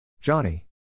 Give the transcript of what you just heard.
Johnny